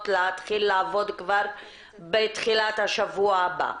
להתחיל לעבוד כבר בתחילת השבוע הבא,